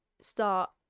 start